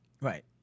Right